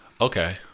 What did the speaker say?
Okay